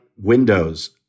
windows